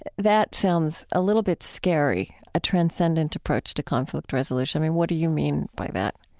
that that sounds a little bit scary, a transcendent approach to conflict resolution. i mean, what do you mean by that?